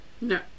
no